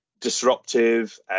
disruptive